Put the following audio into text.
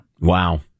Wow